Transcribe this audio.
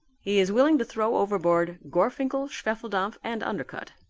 he is willing to throw overboard gorfinkel, schwefeldampf and undercutt.